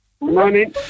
morning